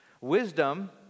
Wisdom